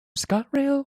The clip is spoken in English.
scotrail